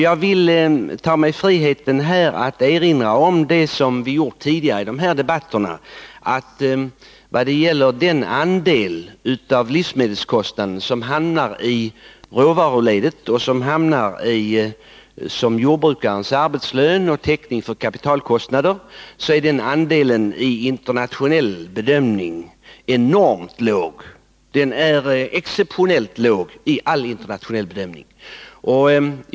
Jag vill ta mig friheten att erinra om det som vi sagt tidigare i dessa debatter: Den andel av livsmedelskostnaden som hamnar i råvaruledet i form av jordbrukarens arbetslön och täckning för kapitalkostnader vid en internationell bedömning är enormt låg. Den är exceptionellt låg i all internationell bedömning.